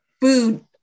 food